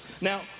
Now